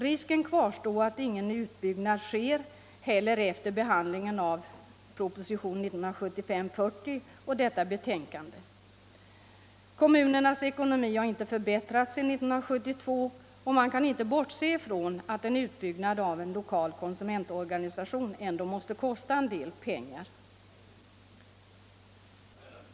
Risken kvarstår att ingen utbyggnad heller sker efter behandlingen av proposition 1975:40 och detta betänkande. Kommunernas ekonomi har inte förbättrats sedan 1972, och man kan inte bortse ifrån att en utbyggnad av en lokal konsumentorganisation ändå måste kosta en del pengar.